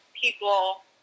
people